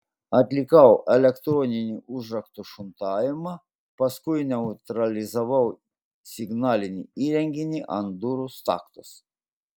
atlikau elektroninio užrakto šuntavimą paskui neutralizavau signalinį įrenginį ant durų staktos